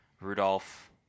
Rudolph